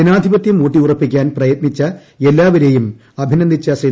ജനാധിപതൃം ഊട്ടിയുറപ്പിക്കാൻ പ്രയത്നിച്ച എല്ലാപേരെയും അഭിനന്ദിച്ചു ശ്രീ